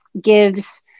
gives